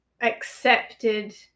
accepted